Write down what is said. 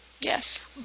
Yes